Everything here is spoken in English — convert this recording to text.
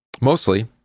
mostly